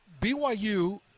BYU